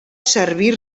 servir